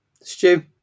Stu